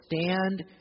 stand